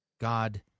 God